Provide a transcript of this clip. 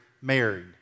Married